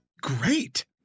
great